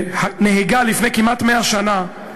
שנהגה לפני כמעט 100 שנה,